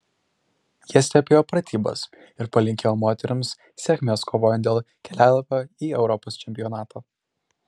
jie stebėjo pratybas ir palinkėjo moterims sėkmės kovojant dėl kelialapio į europos čempionatą